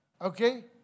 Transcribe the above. Okay